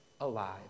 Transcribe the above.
alive